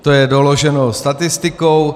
To je doloženo statistikou.